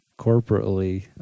corporately